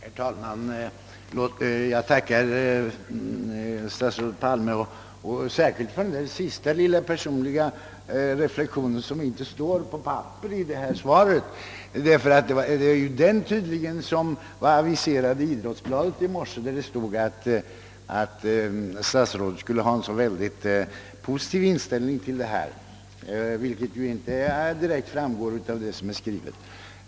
Herr talman! Jag tackar statsrådet Palme särskilt för den sista lilla personliga reflexionen, som inte finns med i svaret. Idrottsbladet aviserade något sådant i morse, då det skrev att statsrådet skulle ha en positiv inställning till denna VM-sändning, vilket inte direkt framgår av svaret.